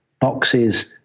boxes